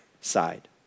side